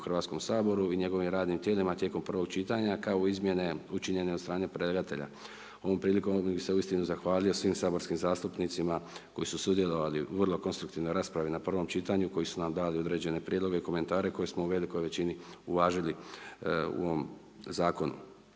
Hrvatskom saboru i njegovim radnim tijelima tijekom prvog čitanja kao izmjene učinjene od strane predlagatelja. Ovom prilikom bi se uistinu zahvalio svim saborskim zastupnicima koji su sudjelovali u vrlo konstruktivnoj raspravi na prvom čitanju, koji su nam dali određene prijedloge i komentare koji smo u velikoj većini uvažili u ovom Zakonu.